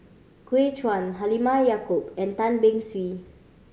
Gu Juan Halimah Yacob and Tan Beng Swee